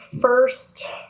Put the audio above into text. first